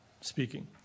speaking